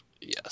Yes